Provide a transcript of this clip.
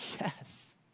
yes